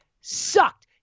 sucked